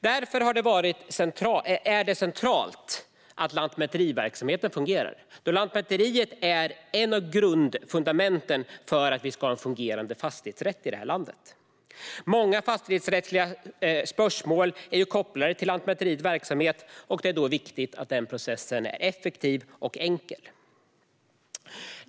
Därför är det centralt att lantmäteriverksamheten fungerar, då Lantmäteriet är ett av fundamenten för att vi ska ha en fungerande fastighetsrätt i vårt land. Många fastighetsrättsliga spörsmål är kopplade till Lantmäteriets verksamhet, och därför är det viktigt att processen är effektiv och enkel.